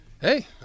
hey